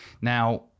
Now